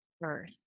birth